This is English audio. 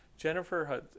Jennifer